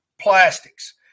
Plastics